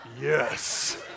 Yes